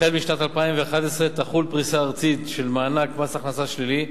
החל בשנת 2011 תחול פריסה ארצית של מענק מס הכנסה שלילי,